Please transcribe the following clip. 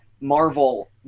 Marvel